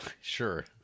Sure